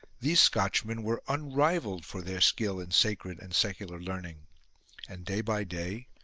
these scotchmen were unrivalled for their skill in sacred and secular learning and day by day,